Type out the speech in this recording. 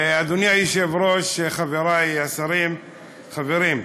אדוני היושב-ראש, חברי השרים, חברים,